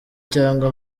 cyangwa